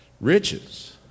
Riches